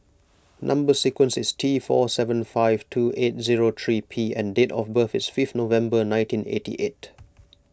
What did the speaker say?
Number Sequence is T four seven five two eight zero three P and date of birth is fifth November nineteen eighty eight